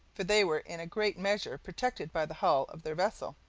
for they were in a great measure protected by the hull of their vessel,